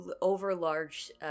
over-large